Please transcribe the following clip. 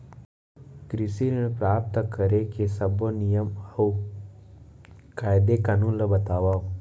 कृषि ऋण प्राप्त करेके सब्बो नियम अऊ कायदे कानून ला बतावव?